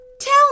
Tell